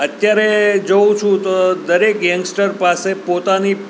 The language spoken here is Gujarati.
અત્યારે જોઉં છું તો દરેક યંગસ્ટર પાસે પોતાની